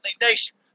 nation